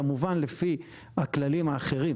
כמובן לפי הכללים האחרים,